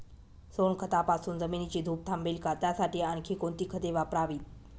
सोनखतापासून जमिनीची धूप थांबेल का? त्यासाठी आणखी कोणती खते वापरावीत?